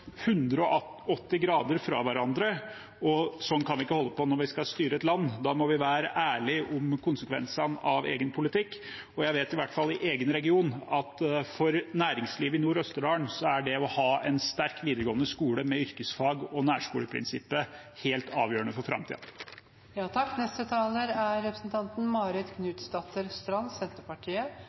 grader fra hverandre. Slik kan man ikke holde på når man skal styre et land. Da må man være ærlige på konsekvensene av egen politikk. Fra min egen region vet jeg i hvert fall at for næringslivet i Nord-Østerdalen er det å ha en sterk videregående skole med yrkesfag og basert på nærskoleprinsippet helt avgjørende for framtiden. Når statsråden hamrer løs på Senterpartiet, er